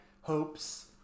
hopes